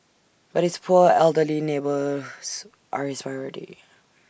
but his poor elderly neighbours are his priority